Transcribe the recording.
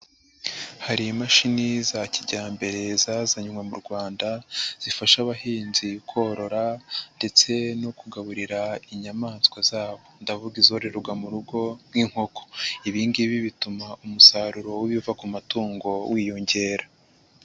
Hari imashini za kijyambere zazanwe mu Rwanda, zifasha abahinzi korora ndetse no kugaburira inyamaswa zabo, ndavuga izororerwa mu rugo rw'inkoko, ibingibi bituma umusaruro w'ibiva ku matungo wiyongera.